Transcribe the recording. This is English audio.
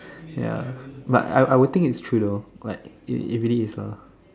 ya but I I would think it's true though like it it really is lah